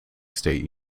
state